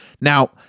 Now